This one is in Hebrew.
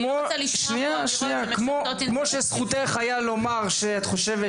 כמו שזכותך הייתה לומר מה את חושבת